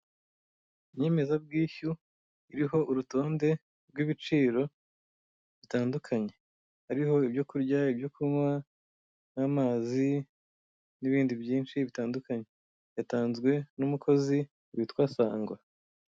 Inyemezabwishyu iriho urutonde rw'ibiciro bitandukanye, hariho ibyo kurya, ibyo kunywa n'amazi, n'ibindi byinshi bitandukanye, yatanzwe n'umukozi witwa Sangwa.